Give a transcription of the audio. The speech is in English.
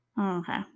Okay